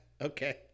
Okay